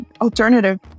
alternative